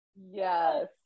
Yes